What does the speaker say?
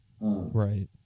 right